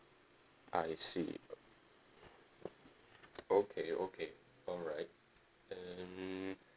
I see okay okay alright and